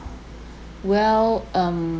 well um